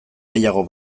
gehiago